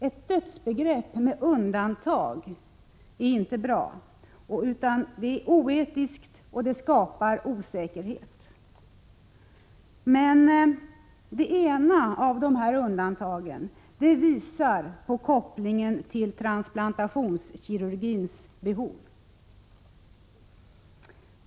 Ett dödsbegrepp med undantag är inte bra, utan det är oetiskt och skapar osäkerhet. Ett av dessa undantag visar på kopplingen till transplantationskirurgins behov.